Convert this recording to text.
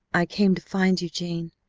i came to find you, jane.